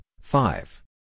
five